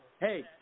Hey